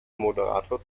moderator